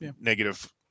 negative